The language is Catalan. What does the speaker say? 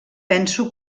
penso